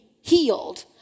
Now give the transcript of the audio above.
healed